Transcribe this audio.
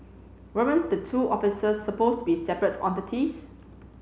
weren't the two offices supposed to be separate entities